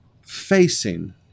facing